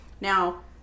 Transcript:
Now